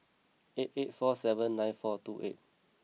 eight eight four seven nine four two eight